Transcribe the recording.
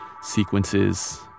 sequences